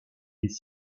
est